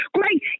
Great